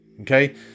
Okay